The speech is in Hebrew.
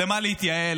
למה להתייעל?